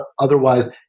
Otherwise